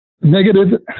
negative